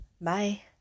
Bye